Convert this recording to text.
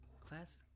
Class